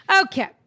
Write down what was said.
Okay